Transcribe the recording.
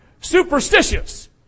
superstitious